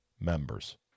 members